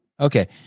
okay